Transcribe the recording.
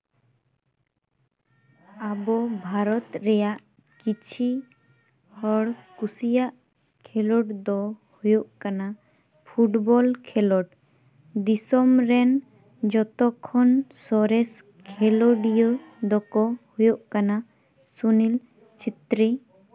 ᱟᱵᱚ ᱵᱷᱟᱨᱚᱛ ᱨᱮᱭᱟᱜ ᱠᱤᱪᱷᱤ ᱦᱚᱲ ᱠᱩᱥᱤᱭᱟᱜ ᱠᱷᱮᱞᱳᱰ ᱫᱚ ᱦᱩᱭᱩᱜ ᱠᱟᱱᱟ ᱯᱷᱩᱴᱵᱚᱞ ᱠᱷᱮᱞᱳᱰ ᱫᱤᱥᱚᱢ ᱨᱮᱱ ᱡᱚᱛᱚᱠᱷᱚᱱ ᱥᱚᱨᱮᱥ ᱠᱷᱮᱞᱳᱰᱤᱭᱟᱹ ᱫᱚᱠᱚ ᱦᱩᱭᱩᱜ ᱠᱟᱱᱟ ᱥᱩᱱᱤᱞ ᱪᱷᱤᱛᱨᱤ